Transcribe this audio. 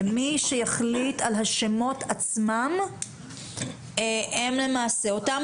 שמי שיחליט על השמות עצמם הם אותם